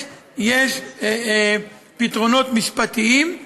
יש פתרונות משפטיים,